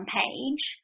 page